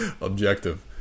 objective